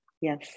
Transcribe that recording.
yes